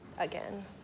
again